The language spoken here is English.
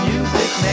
Music